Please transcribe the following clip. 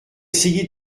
essayé